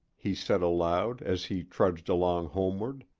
he said aloud, as he trudged along homeward.